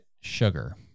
sugar